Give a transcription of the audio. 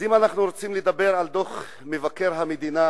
אז אם אנחנו רוצים לדבר על דוח מבקר המדינה,